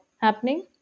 Happening